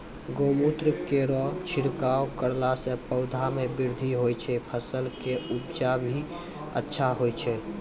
गौमूत्र केरो छिड़काव करला से पौधा मे बृद्धि होय छै फसल के उपजे भी अच्छा होय छै?